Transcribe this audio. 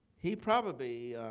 he probably